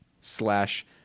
slash